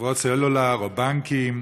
חברות סלולר או בנקים,